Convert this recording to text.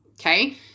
Okay